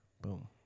boom